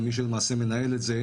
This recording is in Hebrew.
ומי שלמעשה מנהל את זה,